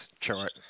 chart